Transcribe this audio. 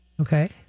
Okay